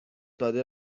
داده